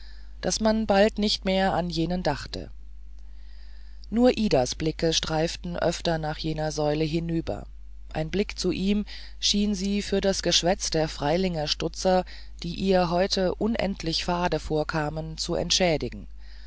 daß man bald nicht mehr an jenen dachte nur idas blicke streiften öfter nach jener säule hinüber ein blick zu ihm schien sie für das geschwätz der freilinger stutzer die ihr heute unendlich fade vorkamen zu entschädigen